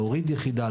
להוריד יחידה,